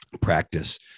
practice